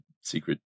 secret